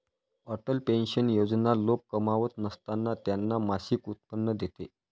Atal pension योजना लोक कमावत नसताना त्यांना मासिक उत्पन्न देते